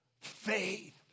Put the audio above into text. faith